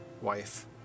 wife